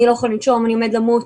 אני לא יכול לנשום, אני עומד למות.